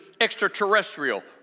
extraterrestrial